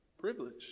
Privilege